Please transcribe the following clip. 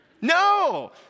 No